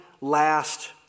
last